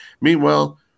Meanwhile